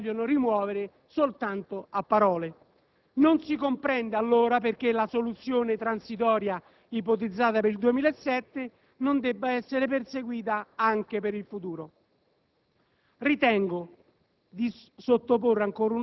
senza quelle rigidità che invece si vogliono rimuovere soltanto a parole. Non si comprende allora perché la soluzione transitoria ipotizzata per il 2007 non debba essere perseguita anche per il futuro.